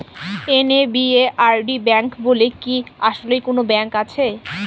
NABARD bank বলে কি আসলেই কোনো ব্যাংক আছে?